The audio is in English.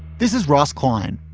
this is ross klein.